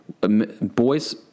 Boys